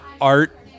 Art